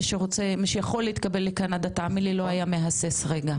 מי שיכול להתקבל לקנדה תאמין לי לא היה מהסס רגע.